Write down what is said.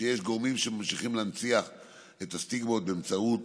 שיש גורמים שממשיכים להנציח את הסטיגמות באמצעות